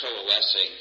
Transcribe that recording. coalescing